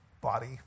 body